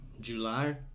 July